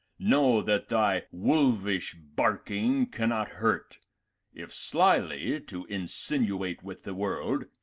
know that thy wolvish barking cannot hurt if slyly to insinuate with the world,